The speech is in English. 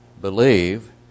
believe